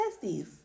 testes